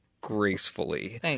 gracefully